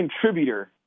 contributor